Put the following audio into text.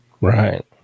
Right